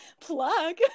Plug